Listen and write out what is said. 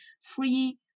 free